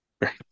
Right